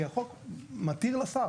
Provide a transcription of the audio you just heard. כי החוק מתיר לשר,